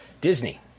Disney